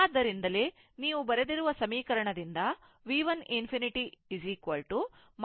ಅದಕ್ಕಾಗಿಯೇ ನೀವು ಬರೆದಿರುವ ಸಮೀಕರಣದಿಂದ V 1 ∞ 62